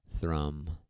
thrum